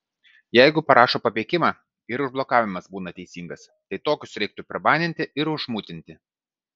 jeigu parašo papeikimą ir užblokavimas būna teisingas tai tokius reiktų prabaninti ar užmutinti